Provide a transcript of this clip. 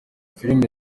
filime